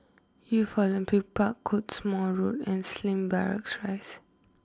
Youth Olympic Park Cottesmore Road and Slim Barracks Rise